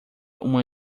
uma